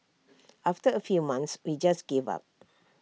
after A few months we just gave up